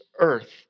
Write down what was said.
earth